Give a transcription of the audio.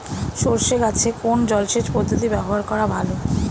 সরষে গাছে কোন জলসেচ পদ্ধতি ব্যবহার করা ভালো?